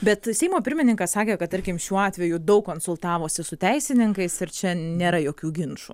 bet seimo pirmininkas sakė kad tarkim šiuo atveju daug konsultavosi su teisininkais ir čia nėra jokių ginčų